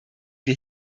wir